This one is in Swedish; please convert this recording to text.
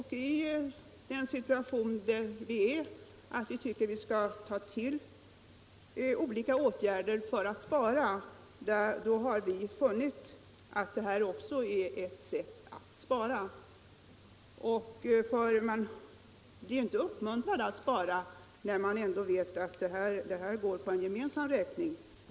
I den situation där vi befinner os, och där vi tycker att vi skall ta till olika åtgärder för att spara, har vi funnit att detta också är ett sätt att spara. Man blir ju inte uppmuntrad att spara när man ändå vet att kostnader går på en gemensam räkning.